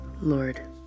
Lord